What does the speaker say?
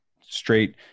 straight